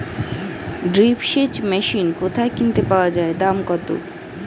Drip সেচ machine কোথায় কিনতে পাওয়া যায় দাম কত?